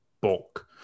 bulk